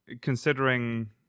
considering